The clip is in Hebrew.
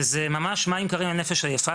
וזה ממש מים קרים לנפש עייפה,